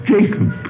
Jacob